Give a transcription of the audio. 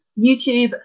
YouTube